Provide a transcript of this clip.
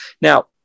Now